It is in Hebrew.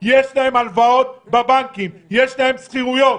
יש הלוואות בבנקים ויש להם שכירויות,